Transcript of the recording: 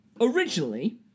originally